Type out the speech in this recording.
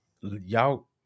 y'all